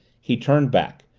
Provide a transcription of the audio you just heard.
he turned back.